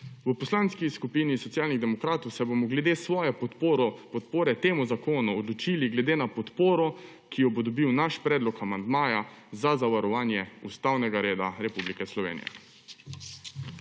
V Poslanski skupini Socialnih demokratov se bomo glede svoje podpore temu zakonu odločili glede na podporo, ki jo bo dobil naš predlog amandmaja za zavarovanje ustavnega reda Republike Slovenije.